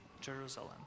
Jerusalem